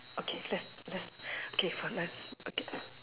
okay let's let's okay let's okay